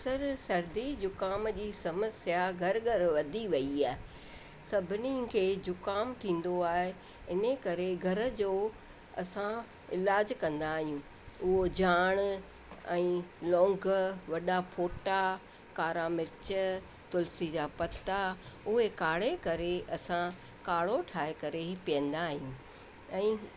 अकसर सर्दी जुखाम जी समस्या घर घर वधी वई आहे सभिनीनि खे जुखाम थींदो आहे इन ई करे घर जो असां इलाज कंदा आहियूं उहो ॼाण ऐं लौंग वॾा फोटा कारा मिर्च तुलसी जा पत्ता उहे काढे करे असां काढो ठाहे करे हीअ पीअंदा आहियूं ऐं